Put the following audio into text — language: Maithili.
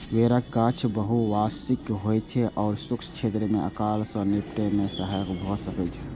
बेरक गाछ बहुवार्षिक होइ छै आ शुष्क क्षेत्र मे अकाल सं निपटै मे सहायक भए सकै छै